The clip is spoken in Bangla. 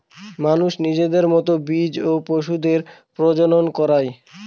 মানুষ নিজের মতো বীজ বা পশুদের প্রজনন করায়